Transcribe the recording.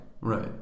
Right